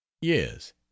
yes